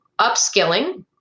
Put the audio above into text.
upskilling